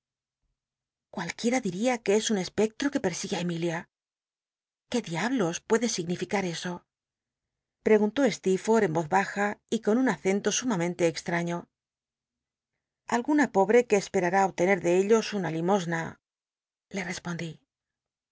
cualquiera diria que es un espectro que pc l'signe á emilia qué diablos puede significar eso preguntó stecrfoi'l h en voz baja y con un acento sumamente extraño alguna pobre que cspe a í obtener de ellos una limosna le respondí